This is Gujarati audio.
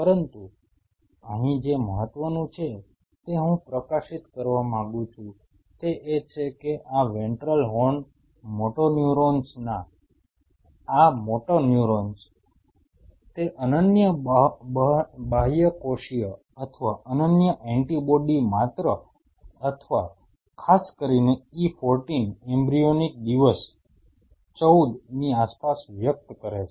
પરંતુ અહીં જે મહત્વનું છે તે હું પ્રકાશિત કરવા માંગુ છું તે એ છે કે આ વેન્ટ્રલ હોર્ન મોટ્યુન્યુરોન્સ આ મોટા મોટેન્યુરોન્સ તે અનન્ય બાહ્યકોષીય અથવા અનન્ય એન્ટિબોડી માત્ર અથવા ખાસ કરીને E14 એમ્બ્રીયોનિક દિવસ 14 ની આસપાસ વ્યક્ત કરે છે